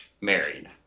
married